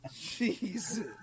Jesus